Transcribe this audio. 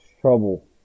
trouble